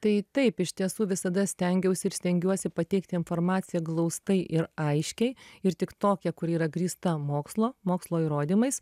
tai taip iš tiesų visada stengiausi ir stengiuosi pateikti informaciją glaustai ir aiškiai ir tik tokią kuri yra grįsta mokslo mokslo įrodymais